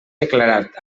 declarats